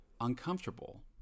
uncomfortable